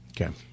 Okay